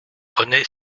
rené